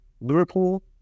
Liverpool